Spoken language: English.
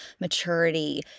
maturity